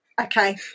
Okay